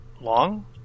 long